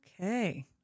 Okay